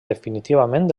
definitivament